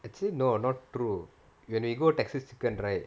actually no not true when we go Texas Chicken right